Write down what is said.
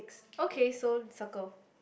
okay so circle